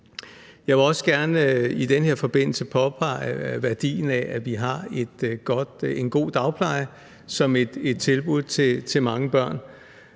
Jeg vil også gerne i den her forbindelse påpege værdien af, at vi har en god dagpleje som et tilbud til mange børn.